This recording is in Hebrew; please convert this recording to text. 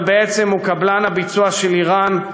אבל בעצם הוא קבלן הביצוע של איראן,